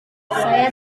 saya